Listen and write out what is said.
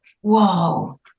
Whoa